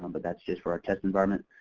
um but that's just for our test environment.